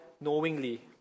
knowingly